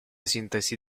sintesi